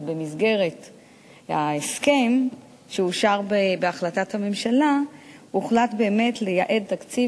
אז במסגרת ההסכם שאושר בהחלטת הממשלה הוחלט לייעד תקציב